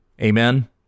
Amen